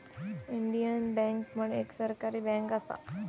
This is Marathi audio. इंडियन बँक पण एक सरकारी बँक असा